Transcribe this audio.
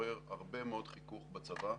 שמעורר הרבה מאוד חיכוך בצבא,